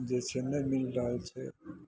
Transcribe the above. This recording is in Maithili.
जे छै नहि मिल रहल छै